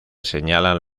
señalan